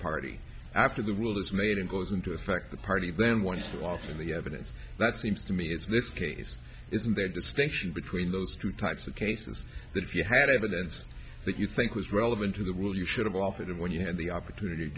party after the rule is made and goes into effect the party then once too often the evidence that seems to me is this case isn't there distinction between those two types of cases that if you had evidence that you think was relevant to the rule you should have offered it when you had the opportunity to